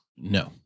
no